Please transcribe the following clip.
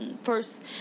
first